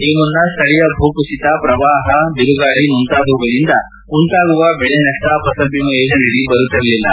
ಈ ಮುನ್ನ ಸ್ವಳೀಯ ಭೂಕುಸಿತ ಪ್ರವಾಹ ಬಿರುಗಾಳಿ ಮುಂತಾದವುಗಳಿಂದ ಉಂಟಾಗುವ ಬೆಳೆ ನಷ್ಷ ಫಸಲ್ಬಿಮಾ ಯೋಜನೆಯಡಿ ಬರುತ್ತಿರಲಿಲ್ಲ